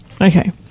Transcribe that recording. Okay